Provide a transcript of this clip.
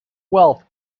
wealth